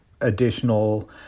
additional